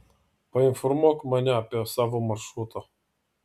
painformuok mane apie savo maršrutą